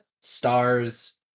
stars